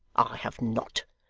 have not.